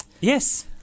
Yes